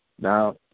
Now